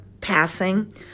passing